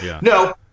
No